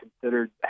considered